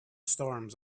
storms